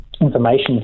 information